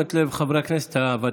לתשומת לב חברי הכנסת הוותיקים,